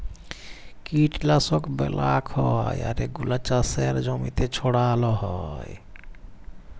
কীটলাশক ব্যলাক হ্যয় আর এগুলা চাসের জমিতে ছড়াল হ্য়য়